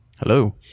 Hello